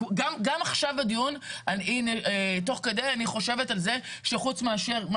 גם עכשיו תוך כדי הדיון אני חושבת על זה שחוץ מאשר דואר רשום,